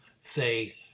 say